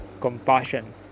compassion